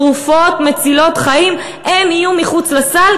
תרופות מצילות חיים יהיו מחוץ לסל,